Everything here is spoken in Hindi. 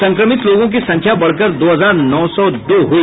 संक्रमित लोगों की संख्या बढ़कर दो हजार नौ सौ दो हुई